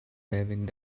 diving